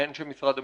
אנשי משרד המשפטים.